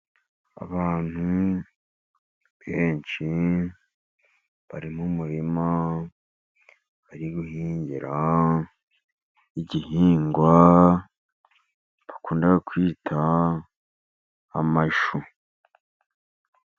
Abantu benshi bari mu murima, bari guhingira igihingwa dukunda kwita amashu.